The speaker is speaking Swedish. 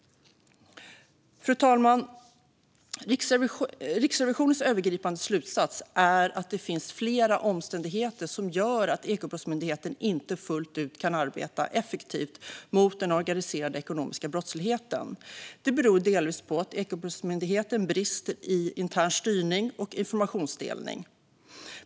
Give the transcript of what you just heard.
Fru talman! Riksrevisionens övergripande slutsats är att det finns flera omständigheter som gör att Ekobrottsmyndigheten inte fullt ut kan arbeta effektivt mot den organiserade ekonomiska brottsligheten. Det beror delvis på att Ekobrottsmyndigheten brister i intern styrning och informationsdelning.